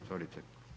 Izvolite.